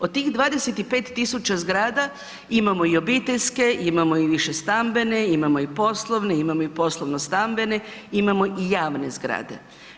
Od tih 25.000 zgrada imamo i obiteljske, imamo i višestambene, imamo i poslovne, imamo i poslovno-stambene, imamo i javne zgrade.